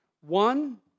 One